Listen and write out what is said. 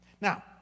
Now